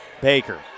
Baker